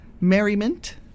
merriment